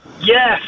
Yes